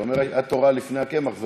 אתה אומר: התורה לפני הקמח.